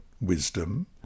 wisdom